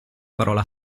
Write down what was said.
parola